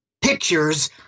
pictures